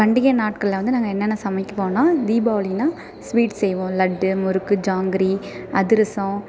பண்டிகை நாட்களில் வந்த நாங்கள் என்னென்ன சமைப்போம்னா தீபாவளினா ஸ்வீட்ஸ் செய்வோம் லட்டு முறுக்கு ஜாங்கிரி அதிரசம்